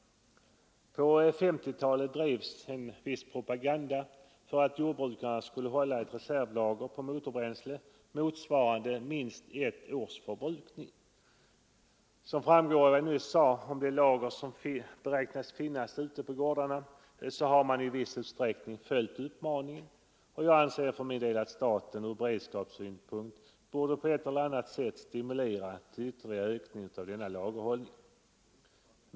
På 1950-talet drevs en viss propaganda för att jordbrukarna skulle hålla ett reservlager av motorbränsle, motsvarande minst ett års förbrukning. Som framgår av vad jag nyss sagt om det lager som man beräknar skall finnas ute på gårdarna har jordbrukarna i viss utsträckning följt den uppmaningen, och jag anser för min del att staten ur beredskapssynpunkt borde på ett eller annat sätt stimulera dem till ytterligare ökning av denna lagerhållning.